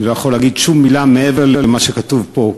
אני לא יכול להגיד שום מילה מעבר למה שכתוב פה,